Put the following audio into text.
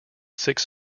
six